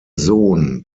sohn